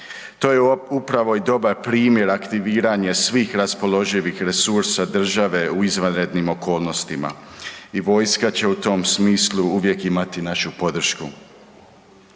To je upravo i dobar primjer, aktiviranje svih raspoloživih resursa države u izvanrednim okolnostima i vojska će u tom smislu uvijek imati našu podršku.